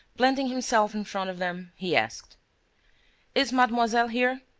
planting himself in front of them, he asked is mademoiselle here?